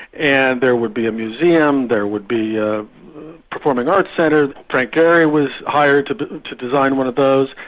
and there would be a museum, there would be ah performing arts centre. frank gehry was hired to to design one of those,